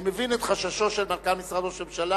אני מבין את חששו של מנכ"ל משרד ראש הממשלה.